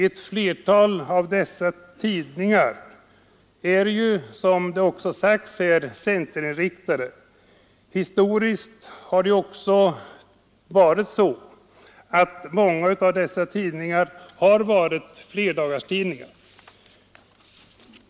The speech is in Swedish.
Ett flertal av dessa tidningar är, vilket också framhållits här, centerinriktade. Många av dessa tidningar har varit flerdagarstidningar.